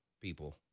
people